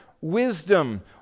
wisdom